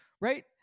right